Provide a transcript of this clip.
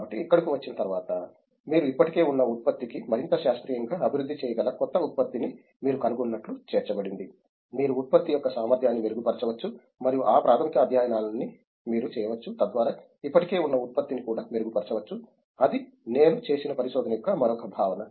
కాబట్టి ఇక్కడకు వచ్చిన తర్వాత మీరు ఇప్పటికే ఉన్న ఉత్పత్తికి మరింత శాస్త్రీయంగా అభివృద్ధి చేయగల కొత్త ఉత్పత్తిని మీరు కనుగొన్నట్లు చేర్చబడింది మీరు ఉత్పత్తి యొక్క సామర్థ్యాన్ని మెరుగుపరచవచ్చు మరియు ఈ ప్రాథమిక అధ్యయనాలన్నీ మీరు చేయవచ్చు తద్వారా ఇప్పటికే ఉన్న ఉత్పత్తిని కూడా మెరుగుపరచవచ్చు అది నేను చూసిన పరిశోధన యొక్క మరొక భావన